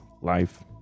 life